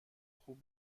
خوب